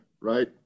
right